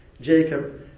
Jacob